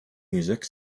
music